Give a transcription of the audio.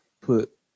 put